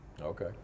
Okay